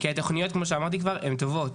כי התכניות כמו שאמרתי כבר, הן טובות.